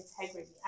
integrity